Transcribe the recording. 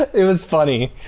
it was funny.